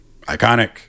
iconic